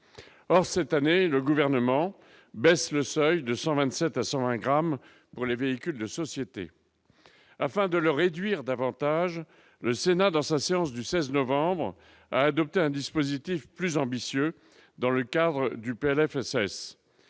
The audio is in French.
Or, cette année, le Gouvernement baisse le seuil de 127 à 101 grammes pour les véhicules de société. Afin de le réduire davantage, le Sénat, dans sa séance du 16 novembre, a adopté un dispositif plus ambitieux au sein du projet